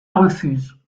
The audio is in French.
refuse